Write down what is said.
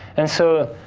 and so,